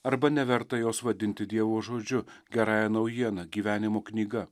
arba neverta jos vadinti dievo žodžiu gerąja naujiena gyvenimo knyga